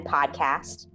Podcast